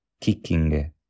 kicking